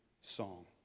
song